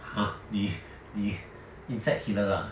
!huh! 你你 insect killer ah